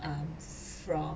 um from